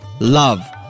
love